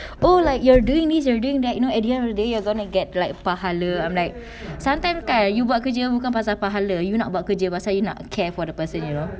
oh like you're doing this you're doing that you know at the end of the day you're gonna get like pahala I'm like sometimes kan you buat kerja bukan pasal pahala you nak buat kerja pasal you nak care for the person you know